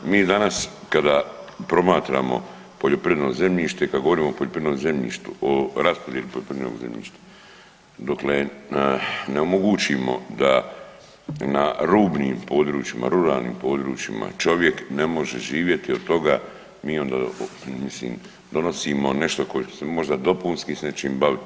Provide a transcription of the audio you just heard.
Mi danas kada promatramo poljoprivredno zemljište, kada govorimo o poljoprivrednom zemljištu, o raspodjeli poljoprivrednog zemljišta dokle ne omogućimo da na rubnim područjima ruralnim područjima čovjek ne može živjeti od toga mi onda mislim donosimo nešto koji će se možda dopunski s nečim baviti.